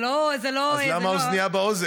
אז למה האוזנייה באוזן?